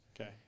Okay